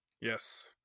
Yes